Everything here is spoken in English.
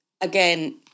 Again